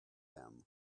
them